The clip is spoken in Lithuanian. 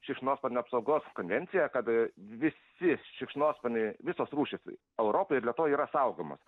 šikšnosparnių apsaugos konvenciją kad visi šikšnosparniai visos rūšys europoj ir lietuvoj yra saugomos